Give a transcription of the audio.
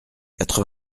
quatre